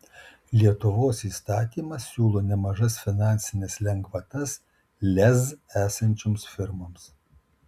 lietuvos įstatymas siūlo nemažas finansines lengvatas lez esančioms firmoms